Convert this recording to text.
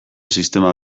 sistema